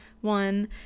one